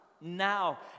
now